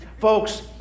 folks